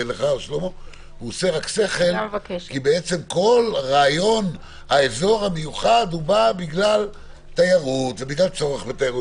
כי כל רעיון האזור המיוחד בא בגלל תיירות ובגלל צורך בתיירות.